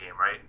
right